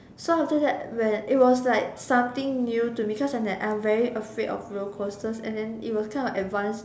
so after that when it was like something new to me cause I never I'm very afraid of roller coasters and then it's kind of advanced